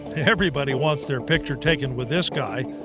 everybody wants their picture taken with this guy.